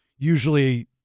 usually